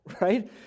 Right